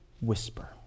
whisper